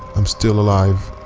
i'm still alive.